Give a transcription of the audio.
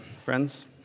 friends